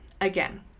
again